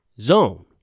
zone